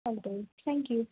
चालतं आहे थँक्यू